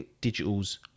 Digital's